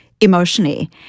emotionally